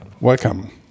Welcome